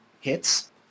hits